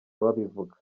babivuga